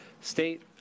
state